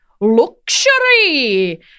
luxury